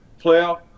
Playoff